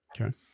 Okay